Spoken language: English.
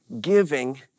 Giving